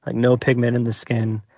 like no pigment in the skin,